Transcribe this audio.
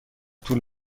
طول